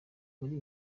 muri